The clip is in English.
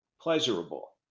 pleasurable